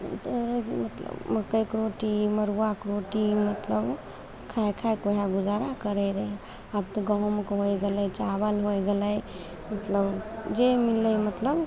पहिले मतलब मकइके रोटी मड़ुआके रोटी मतलब खाय खायके वही गुजारा करय रहय आब तऽ गहुमके होइ गेलय चावल होइ गेलय मतलब जे मिललै मतलब